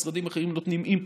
משרדים אחרים נותנים input.